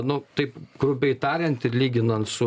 nu taip grubiai tariant ir lyginant su